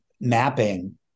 mapping